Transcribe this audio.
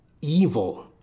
evil